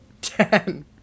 ten